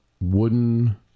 wooden